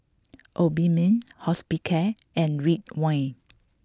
Obimin Hospicare and Ridwind